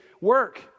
work